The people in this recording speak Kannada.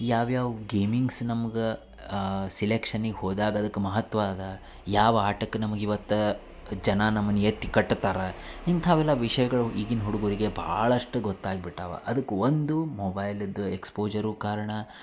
ಯಾವ್ಯಾವ ಗೇಮಿಂಗ್ಸ್ ನಮ್ಗೆ ಸಿಲೆಕ್ಷನಿಗೆ ಹೋದಾಗ ಅದಕ್ಕೆ ಮಹತ್ವ ಅದಾ ಯಾವ ಆಟಕ್ಕೆ ನಮ್ಗೆ ಇವತ್ತು ಜನ ನಮ್ಮನ್ನು ಎತ್ತಿ ಕಟ್ಟುತ್ತಾರ ಇಂಥಾವೆಲ್ಲ ವಿಷಯಗಳು ಈಗಿನ ಹುಡುಗರಿಗೆ ಭಾಳಷ್ಟ್ ಗೊತ್ತಾಗ್ಬಿಟ್ಟಾವ ಅದಕ್ಕೆ ಒಂದು ಮೊಬೈಲಿದು ಎಕ್ಸ್ಪೋಜರೂ ಕಾರಣ